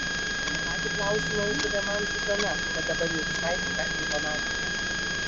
tą patį klausimą uždavė man zuzana bet dabar jau visai kita intonacija